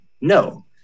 No